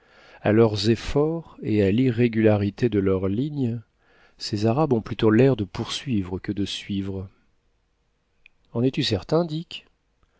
à leurs efforts et à l'irrégularité de leur ligne ces arabes ont plutôt l'air de poursuivre que de suivre en es-tu certain dick